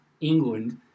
England